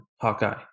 Hawkeye